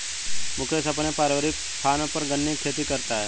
मुकेश अपने पारिवारिक फॉर्म पर गन्ने की खेती करता है